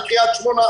על קריית שמונה,